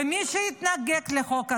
מי שהתנגד לחוק הזה,